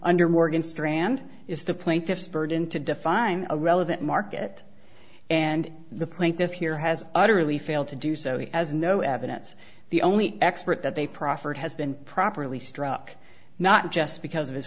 under morgan strand is the plaintiff's burden to define a relevant market and the plaintiff here has utterly failed to do so he has no evidence the only expert that they proffered has been properly struck not just because of his